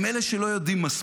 הם אלה שלא יודעים מספיק.